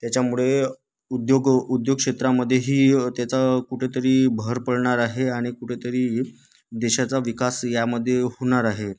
त्याच्यामुळे उद्योग उद्योगक्षेत्रामध्येही त्याचा कुठेतरी भर पडणार आहे आणि कुठे तरी देशाचा विकास यामध्ये होणार आहे